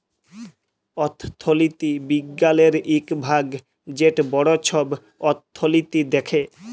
অথ্থলিতি বিজ্ঞালের ইক ভাগ যেট বড় ছব অথ্থলিতি দ্যাখে